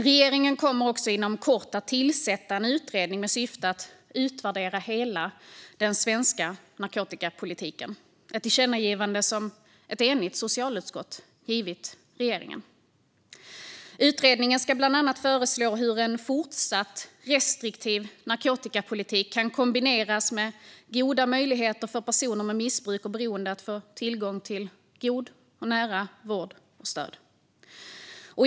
Regeringen kommer också inom kort att tillsätta en utredning med syfte att utvärdera hela den svenska narkotikapolitiken som svar på ett tillkännagivande som ett enigt socialutskott riktat till regeringen. Utredningen ska bland annat föreslå hur en fortsatt restriktiv narkotikapolitik kan kombineras med goda möjligheter för personer med missbruk och beroende att få tillgång till god och nära vård och stöd.